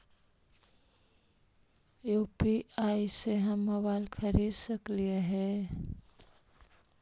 UPI से हम mobile खरिद सकलिऐ है